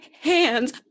hands